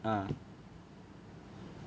uh